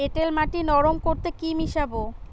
এঁটেল মাটি নরম করতে কি মিশাব?